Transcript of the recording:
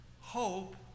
Hope